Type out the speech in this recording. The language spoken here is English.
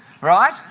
Right